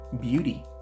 beauty